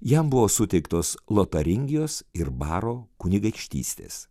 jam buvo suteiktos lotaringijos ir baro kunigaikštystės